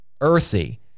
earthy